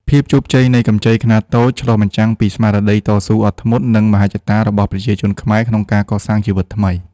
ភាពជោគជ័យនៃកម្ចីខ្នាតតូច ឆ្លុះបញ្ចាំងពីស្មារតីតស៊ូអត់ធ្មត់ និងមហិច្ឆតារបស់ប្រជាជនខ្មែរក្នុងការកសាងជីវិតថ្មី។